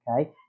okay